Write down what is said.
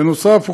נוסף על